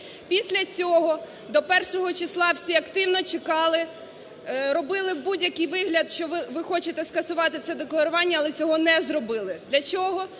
Після цього до першого числа всі активно чекали, робили будь-який вигляд, що ви хочете скасувати це декларування, але цього не зробили. Для чого?